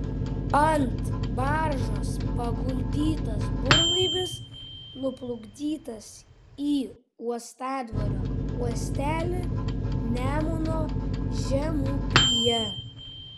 ant baržos paguldytas burlaivis nuplukdytas į uostadvario uostelį nemuno žemupyje